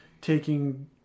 taking